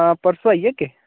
परसूं आई जाह्गे